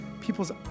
People's